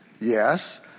yes